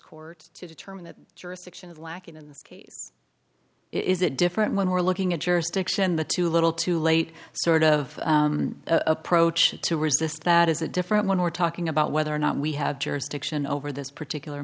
court to determine the jurisdiction of lacking in this case is it different when we're looking at jurisdiction the too little too late sort of approach to resist that is a different one we're talking about whether or not we have jurisdiction over this particular